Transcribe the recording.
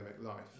life